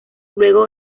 luego